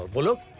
will ah